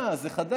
אה, זה חדש.